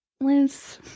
Liz